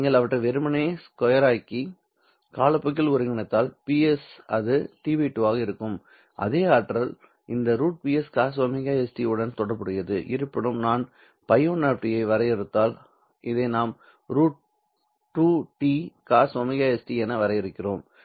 நீங்கள் அவற்றை வெறுமனே ஸ்கொயராக்கி காலப்போக்கில் ஒருங்கிணைத்தால் Ps அது T 2 ஆக இருக்கும் அதே ஆற்றல் இந்த √Pscosωs t உடன் தொடர்புடையது இருப்பினும் நான் Ф1 ஐ வரையறுத்தால் இதை நாம் √2T cosωs t என வரையறுக்கிறோம்